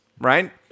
Right